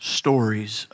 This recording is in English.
stories